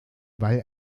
weil